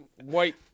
white